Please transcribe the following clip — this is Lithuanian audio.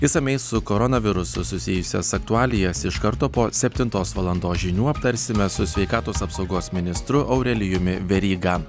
išsamiai su koronavirusu susijusias aktualijas iš karto po septintos valandos žinių aptarsime su sveikatos apsaugos ministru aurelijumi veryga